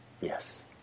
Yes